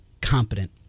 competent